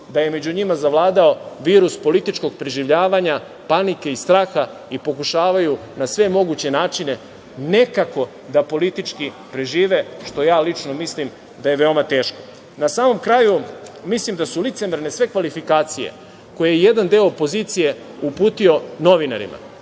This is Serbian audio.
da je među njima zavladao virus političkog preživljavanja, panike i straha i pokušavaju na sve moguće načine nekako da politički prežive, što ja lično mislim da je veoma teško. Na samom kraju, mislim da su licemerne sve kvalifikacije koje je jedan deo opozicije uputio novinarima,